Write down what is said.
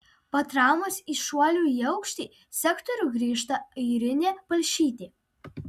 po traumos į šuolių į aukštį sektorių grįžta airinė palšytė